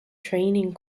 training